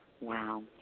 Wow